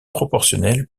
proportionnel